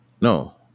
No